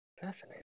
fascinating